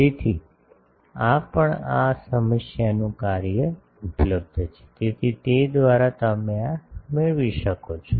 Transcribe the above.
તેથી આ પણ આ સમસ્યાનું કાર્ય ઉપલબ્ધ છે તેથી તે દ્વારા તમે આ મેળવી શકો છો